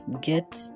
get